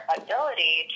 ability